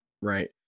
right